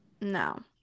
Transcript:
No